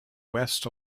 west